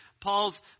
Paul's